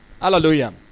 Hallelujah